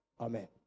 Amen